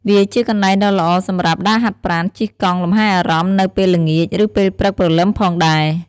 វាជាកន្លែងដ៏ល្អសម្រាប់ ដើរហាត់ប្រាណ ជិះកង់ លំហែអារម្មណ៍ នៅពេលល្ងាច ឬពេលព្រឹកព្រលឹមផងដែរ។